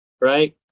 right